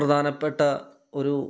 പ്രധാനപ്പെട്ട ഒരു